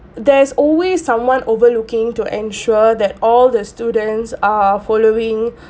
there's always someone overlooking to ensure that all the students are following